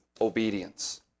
obedience